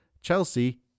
Chelsea